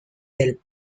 del